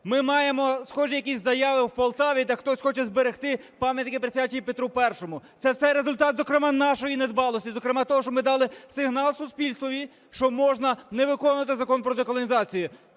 Ми маємо схожі якісь заяви у Полтаві, де хтось хоче зберегти пам'ятки, присвячені Петру І. Це все результат, зокрема, нашої недбалості, зокрема, того, що ми дали сигнал суспільству, що можна не виконувати Закон про деколонізацію.